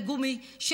ברוך השם,